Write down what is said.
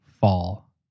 fall